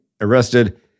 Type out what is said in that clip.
arrested